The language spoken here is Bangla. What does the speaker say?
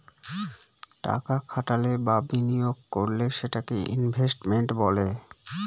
টাকা খাটালে বা বিনিয়োগ করলে সেটাকে ইনভেস্টমেন্ট বলে